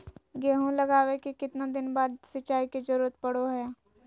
गेहूं लगावे के कितना दिन बाद सिंचाई के जरूरत पड़ो है?